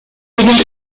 beginnt